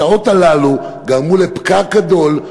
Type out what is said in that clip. השעות הללו גרמו לפקק גדול,